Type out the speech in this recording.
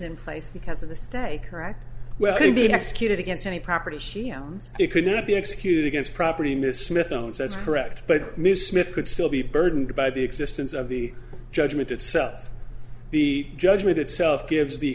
in place because of the stay correct well can be executed against any property c m it could not be executed against property miss smith own sets correct but ms smith could still be burdened by the existence of the judgment itself the judgment itself gives the